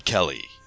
Kelly